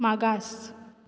मागास